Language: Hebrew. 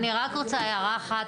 אתם כבר כותבים את הנהלים האלה,